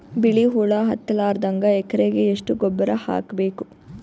ಬಿಳಿ ಹುಳ ಹತ್ತಲಾರದಂಗ ಎಕರೆಗೆ ಎಷ್ಟು ಗೊಬ್ಬರ ಹಾಕ್ ಬೇಕು?